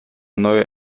neue